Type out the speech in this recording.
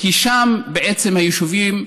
כי בעצם שם היישובים הוותיקים,